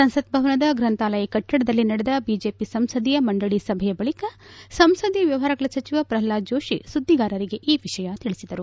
ಸಂಸತ್ಭವನದ ಗ್ರಂಥಾಲಯ ಕಟ್ಟಡದಲ್ಲಿ ನಡೆದ ಬಿಜೆಪಿ ಸಂಸದೀಯ ಮಂಡಳಿ ಸಭೆಯ ಬಳಿಕ ಸಂಸದೀಯ ವ್ಚವಹಾರಗಳ ಸಚಿವ ಪ್ರಹ್ಲಾದ್ ಜೋಶಿ ಸುದ್ದಿಗಾರರಿಗೆ ಈ ವಿಷಯ ತಿಳಿಸಿದರು